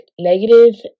negative